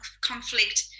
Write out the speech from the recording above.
conflict